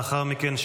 לאחר מכן,